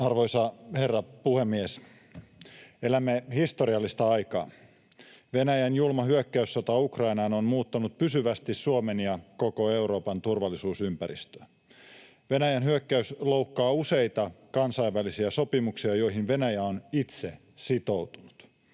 Arvoisa herra puhemies! Elämme historiallista aikaa. Venäjän julma hyökkäyssota Ukrainaan on muuttanut pysyvästi Suomen ja koko Euroopan turvallisuusympäristöä. Venäjän hyökkäys loukkaa useita kansainvälisiä sopimuksia, joihin Venäjä on itse sitoutunut.